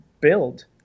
build